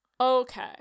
Okay